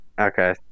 Okay